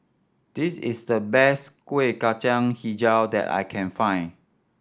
this is the best Kueh Kacang Hijau that I can find